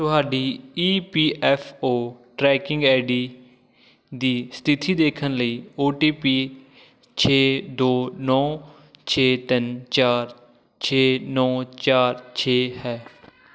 ਤੁਹਾਡੀ E P F O tracking I D ਦੀ ਸਥਿਤੀ ਦੇਖਣ ਲਈ ਓ ਟੀ ਪੀ ਛੇ ਦੋ ਨੌਂ ਛੇ ਤਿੰਨ ਚਾਰ ਛੇ ਨੌਂ ਚਾਰ ਛੇ ਹੈ